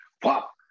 pop